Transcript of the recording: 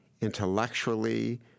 intellectually